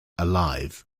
alive